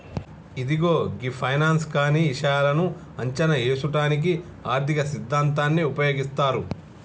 ఇదిగో గీ ఫైనాన్స్ కానీ ఇషాయాలను అంచనా ఏసుటానికి ఆర్థిక సిద్ధాంతాన్ని ఉపయోగిస్తారు